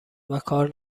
وکار